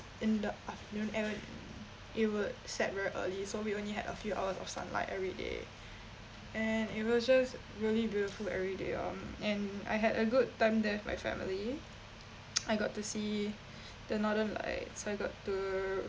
in the afternoon it would it would set very early so we only had a few hours of sunlight everyday and it was just really beautiful everyday um and I had a good time there with my family I got to see the northern lights I got to